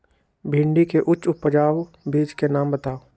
भिंडी के उच्च उपजाऊ बीज के नाम बताऊ?